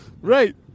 Right